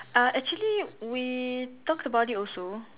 uh actually we talked about it also